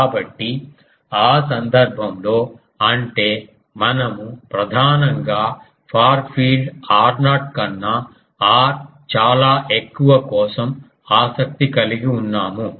కాబట్టి ఆ సందర్భంలో అంటే మనము ప్రధానంగా ఫార్ ఫీల్డ్ r0 కన్నా r చాలా ఎక్కువ కోసం ఆసక్తి కలిగి ఉన్నాము